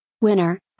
Winner